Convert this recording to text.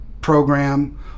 program